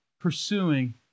pursuing